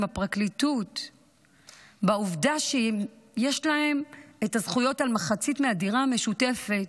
הפרקליטות בעובדה שיש להם את הזכויות על מחצית מהדירה המשותפת,